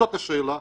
זאת השאלה.